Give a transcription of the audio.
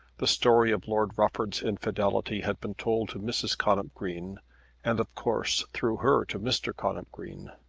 the story of lord rufford's infidelity had been told to mrs. connop green and, of course through her to mr. connop green.